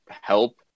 help